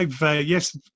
yes